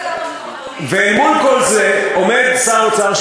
ואל מול זה עומד שר אוצר,